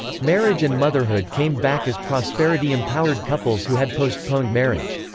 marriage and motherhood came back as prosperity empowered couples who had postponed marriage.